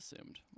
assumed